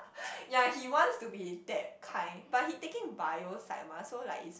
yea he wants to be that kind but he taking bio side mah so like is